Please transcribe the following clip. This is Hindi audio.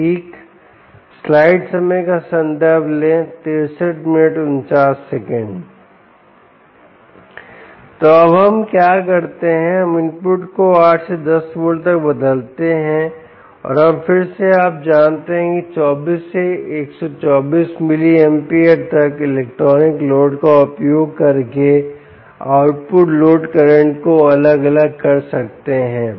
ठीक तो अब हम क्या करते हैं हम इनपुट को 8 से 10 वोल्ट तक बदलते हैं और हम फिर से आप जानते हैं कि 24 से 124 मिलीएंपियर तक इलेक्ट्रॉनिक लोड का उपयोग करके आउटपुट लोड करंट को अलग अलग कर सकते हैं